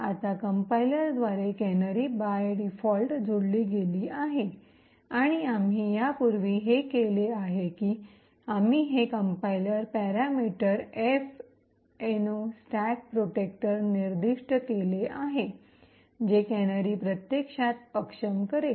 आता कंपाईलरद्वारे canary by default जोडली गेली आहे आणि आम्ही यापूर्वी हे केले आहे की आम्ही हे compiler parameter -f no stack protector निर्दिष्ट केले आहे जे कॅनरी प्रत्यक्षात अक्षम करेल